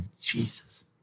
Jesus